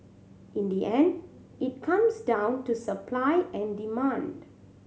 in the end it comes down to supply and demand